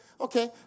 okay